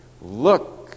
look